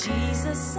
Jesus